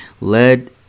led